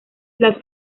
las